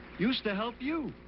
used to help you.